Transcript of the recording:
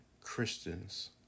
Christians